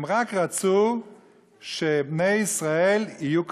הם רק רצו שבני ישראל יהיו כמוהם,